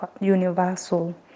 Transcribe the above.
universal